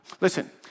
listen